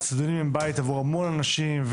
האצטדיונים הם בית עבור המון אנשים,